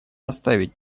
оставить